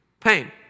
pain